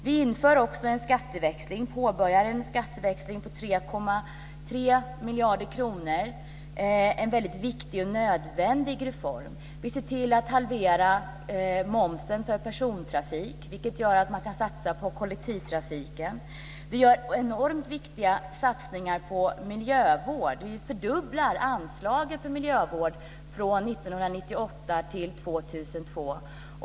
Vi påbörjar också en skatteväxling på 3,3 miljarder kronor, en väldigt viktig och nödvändig reform. Vi ser till att halvera momsen för persontrafik, vilket gör att man kan satsa på kollektivtrafiken. Vi gör enormt viktiga satsningar på miljövård. Vi fördubblar anslaget för miljövård från 1998 till 2002.